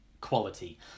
quality